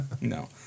no